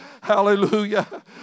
Hallelujah